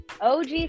OG